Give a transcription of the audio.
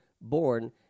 born